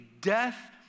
death